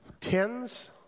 Tens